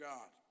God